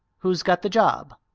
who's got the job?